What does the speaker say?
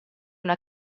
una